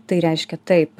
tai reiškia taip